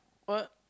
what